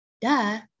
duh